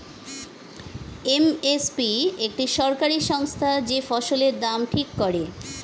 M S P একটি সরকারি সংস্থা যে ফসলের দাম ঠিক করে